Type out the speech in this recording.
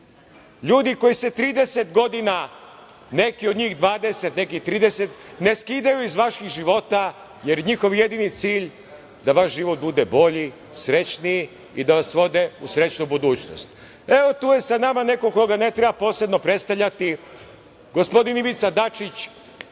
ljudi koji se 30 godina, neki od njih 20, neki 30, ne skidaju iz vaših života, jer njihov jedini cilj je da vaš život bude bolji, srećniji i da vas vode u srećnu budućnost. Evo, tu je sa nama neko koga ne treba posebno predstavljati, gospodin Ivica Dačić,